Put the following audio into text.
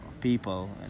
people